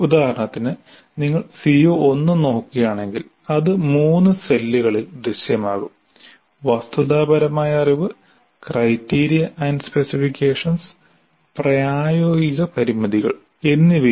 ഉദാഹരണത്തിന് നിങ്ങൾ CO1 നോക്കുകയാണെങ്കിൽ അത് മൂന്ന് സെല്ലുകളിൽ ദൃശ്യമാകും വസ്തുതാപരമായ അറിവ് ക്രൈറ്റീരിയ സ്പെസിഫിക്കേഷൻസ് പ്രായോഗിക പരിമിതികൾ എന്നിവയിൽ